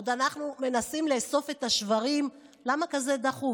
עוד אנחנו מנסים לאסוף את השברים, למה כזה דחוף?